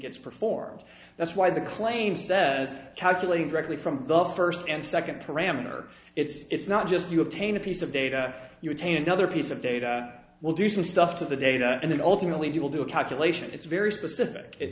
gets performed that's why the claim says calculating directly from the first and second parameter it's not just you obtain a piece of data you obtain another piece of data will do some stuff to the data and then ultimately do will do a calculation it's very specific it